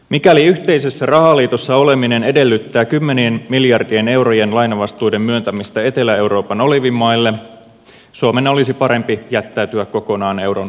mikäli yhteisessä rahaliitossa oleminen edellyttää kymmenien miljardien eurojen lainavastuiden myöntämistä etelä euroopan oliivimaille suomen olisi parempi jättäytyä kokonaan euron ulkopuolelle